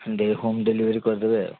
day home delivery କରିଦେବେ